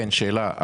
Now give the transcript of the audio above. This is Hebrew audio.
שאלה,